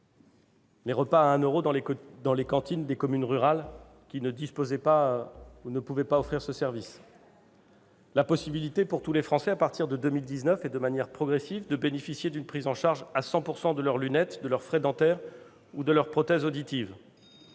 les repas à 1 euro dans les cantines des communes rurales qui ne disposaient pas de ce service ou ne pouvaient pas l'offrir ; la possibilité pour tous les Français, à partir de 2019, et de manière progressive, de bénéficier d'une prise en charge à 100 % de leurs lunettes, de leurs frais dentaires ou de leurs prothèses auditives,